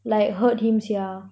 like hurt him sia